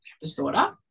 disorder